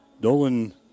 Dolan